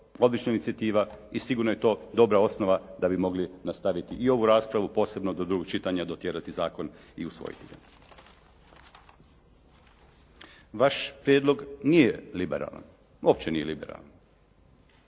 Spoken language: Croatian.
odlična inicijativa i sigurno je to dobra osnova da bi mogli nastaviti i ovu raspravu a posebno d do drugog čitanja dotjerati zakon i usvojiti ga. Vaš prijedlog nije liberalan, uopće nije liberalan.